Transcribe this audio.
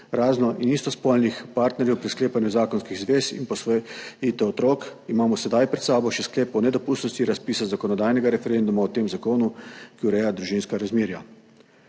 razno in istospolnih partnerjev pri sklepanju zakonskih zvez in posvojitev otrok, imamo sedaj pred sabo še sklep o nedopustnosti razpisa zakonodajnega referenduma o tem zakonu, ki ureja družinska razmerja.